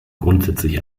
grundsätzlich